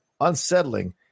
unsettling